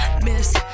Miss